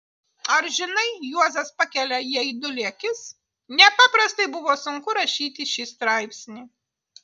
ar žinai juozas pakelia į aidulį akis nepaprastai buvo sunku rašyti šį straipsnį